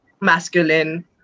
masculine